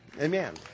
Amen